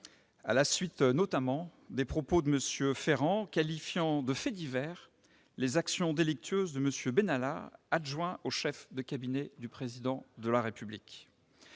à la suite notamment des propos de M. Ferrand qualifiant de « faits divers » les actions délictueuses de M. Benalla, adjoint au chef de cabinet du Président de la République.